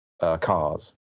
cars